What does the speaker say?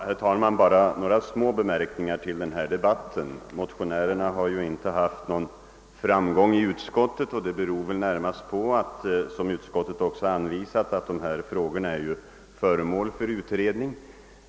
Herr talman! Jag skall bara göra några små anmärkningar till den här debatten. Motionärerna har ju inte haft någon framgång i utskottet. Det beror väl närmast på att, som utskottet också anvisat, de här frågorna är föremål för utredning.